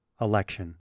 election